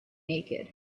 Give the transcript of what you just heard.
naked